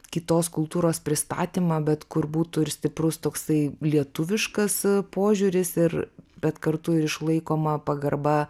kitos kultūros pristatymą bet kur būtų ir stiprus toksai lietuviškas požiūris ir bet kartu ir išlaikoma pagarba